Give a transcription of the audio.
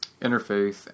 interface